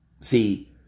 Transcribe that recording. See